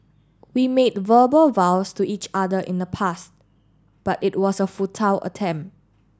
we made verbal vows to each other in the past but it was a futile attempt